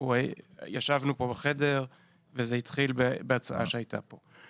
ישבנו כאן בחדר והתיקון הזה התחיל בהצעה שהועלתה כאן.